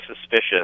suspicious